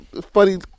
funny